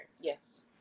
Yes